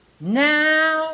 Now